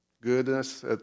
Goodness